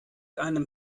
einem